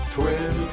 Twin